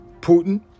Putin